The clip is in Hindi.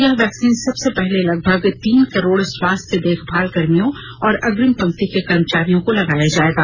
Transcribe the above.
यह वैक्सीन सबसे पहले लगभग तीन करोड़ स्वास्थ्य देखभाल कर्मियों और अग्रिम पंक्ति के कर्मचारियों को लगाया जाएगा